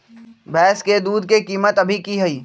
भैंस के दूध के कीमत अभी की हई?